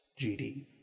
GD